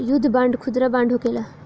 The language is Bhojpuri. युद्ध बांड खुदरा बांड होखेला